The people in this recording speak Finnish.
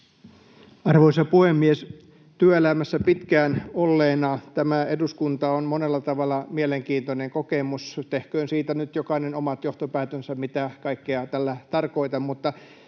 Arvoisa puhemies! Työelämässä pitkään olleena tämä eduskunta on monella tavalla mielenkiintoinen kokemus. Tehköön siitä nyt jokainen omat johtopäätöksensä, mitä kaikkea tällä tarkoitan.